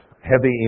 heavy